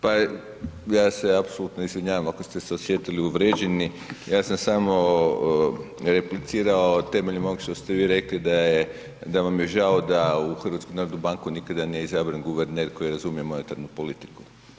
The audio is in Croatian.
Pa ja se apsolutno izvinjavam ako ste se osjetili uvrijeđeni, ja sam samo replicirao temeljem ovog što ste vi rekli da vam je žao da u HNB nikada nije izabran guverner koji razumije monetarnu politiku.